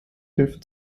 hilfe